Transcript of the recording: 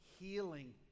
healing